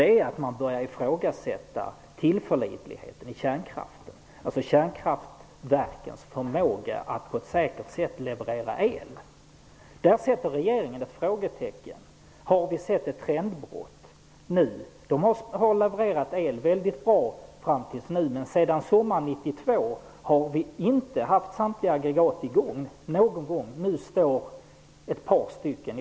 Det är att man börjar ifrågasätta kärnkraftens tillförlitlighet, dvs. kärnkraftverkens förmåga att på ett säkert sätt leverera el. Regeringen sätter ett frågetecken för detta. Har vi sett ett trendbrott? Kärnkraftverken har levererat el väldigt bra fram tills nu, men sedan sommaren 1992 har vi inte någon gång haft samtliga aggregat i gång. Nu står ett par stycken stilla.